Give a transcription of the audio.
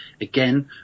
again